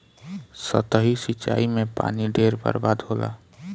सतही सिंचाई में पानी ढेर बर्बाद होला